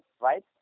right